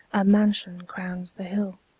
a mansion crowns the hill.